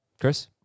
Chris